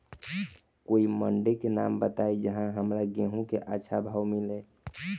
कोई मंडी के नाम बताई जहां हमरा गेहूं के अच्छा भाव मिले?